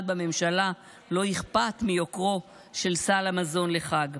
בממשלה לא אכפת מיוקרו של סל המזון לחג,